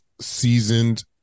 seasoned